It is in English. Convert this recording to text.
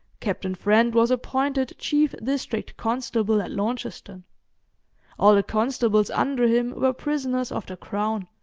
captain friend was appointed chief district constable at launceston all the constables under him were prisoners of the crown,